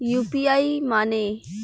UPI माने?